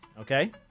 Okay